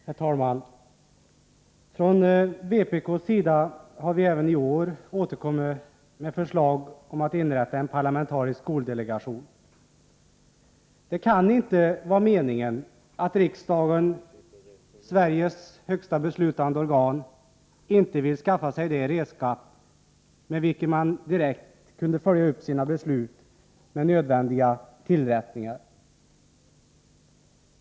Herr talman! Från vpk:s sida har vi även i år återkommit med förslag om att inrätta en parlamentarisk skoldelegation. Det kan inte vara meningen att riksdagen, Sveriges högsta beslutande organ, inte skall ha ett redskap med vilket man direkt kan följa upp sina beslut och vidta nödvändiga åtgärder.